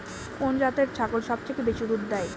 কোন জাতের ছাগল সবচেয়ে বেশি দুধ দেয়?